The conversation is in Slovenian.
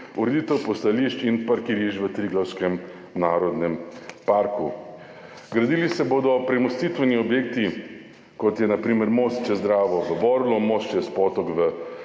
ureditev postajališč in parkirišč v Triglavskem narodnem parku. Gradili se bodo premostitveni objekti, kot je na primer most čez Dravo v Borlu, most čez potok v